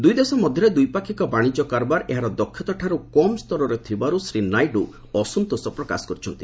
ଦୁଇ ଦେଶ ମଧ୍ୟରେ ଦ୍ୱିପାକ୍ଷିକ ବାଣିଜ୍ୟ କାରବାର ଏହାର ଦକ୍ଷତାଠାରୁ କମ୍ ସ୍ତରରେ ଥିବାରୁ ଶ୍ରୀ ନାଇଡୁ ଅସନ୍ତୋଷ ପ୍ରକାଶ କରିଛନ୍ତି